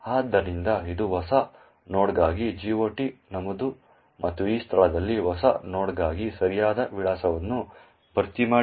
ಆದ್ದರಿಂದ ಇದು ಹೊಸ ನೋಡ್ಗಾಗಿ GOT ನಮೂದು ಮತ್ತು ಈ ಸ್ಥಳದಲ್ಲಿ ಹೊಸ ನೋಡ್ಗಾಗಿ ಸರಿಯಾದ ವಿಳಾಸವನ್ನು ಭರ್ತಿ ಮಾಡಿದೆ